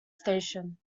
station